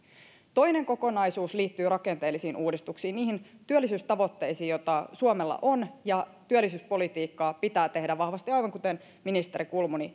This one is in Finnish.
toinen kokonaisuus liittyy rakenteellisiin uudistuksiin niihin työllisyystavoitteisiin joita suomella on ja työllisyyspolitiikkaa pitää tehdä vahvasti aivan kuten ministeri kulmuni